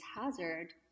hazard